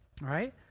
right